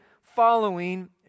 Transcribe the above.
following